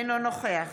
אינו נוכח